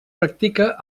practica